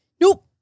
Nope